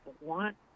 want